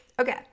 Okay